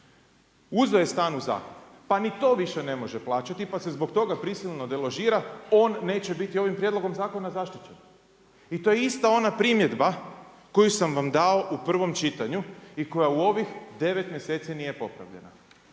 uzeo je stan u zakup. Pa ni to više ne može plaćati, pa se zbog toga prisilno deložira, on neće biti ovim prijedlogom zakona zaštićen. I to je ista ona primjedba koju sam vam dao u prvom čitanju i koja u ovih 9 mjeseci nije popravljena.